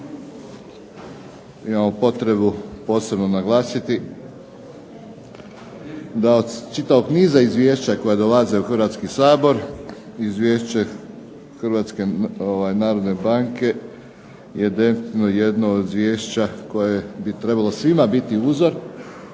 imamo potrebu posebno naglasiti, da od čitavog niza izvješća koja dolaze u Hrvatski sabor, izvješće HNB-a je ... jedno od izvješća koje bi svima trebalo biti uzor,